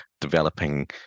developing